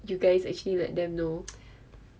you guys actually let them know